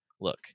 look